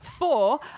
Four